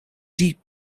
deep